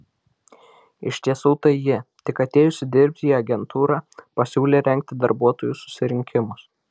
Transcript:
iš tiesų tai ji tik atėjusi dirbti į agentūrą pasiūlė rengti darbuotojų susirinkimus